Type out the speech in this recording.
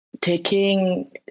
taking